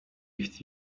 ifite